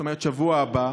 זאת אומרת בשבוע הבא,